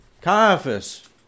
Caiaphas